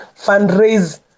fundraise